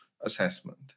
assessment